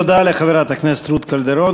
תודה לחברת הכנסת רות קלדרון.